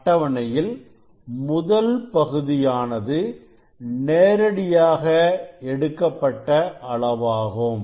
அட்டவணையில் முதல் பகுதியானது நேரடியாக எடுக்கப்பட்ட அளவாகும்